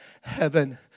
Heaven